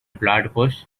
platypus